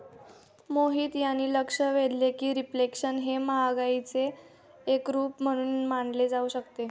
मोहित यांनी लक्ष वेधले की रिफ्लेशन हे महागाईचे एक रूप म्हणून मानले जाऊ शकते